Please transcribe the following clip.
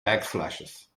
backslashes